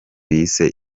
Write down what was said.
yise